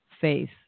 faith